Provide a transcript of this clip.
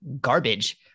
garbage